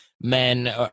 men